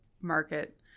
market